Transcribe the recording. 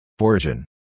origin